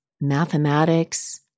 mathematics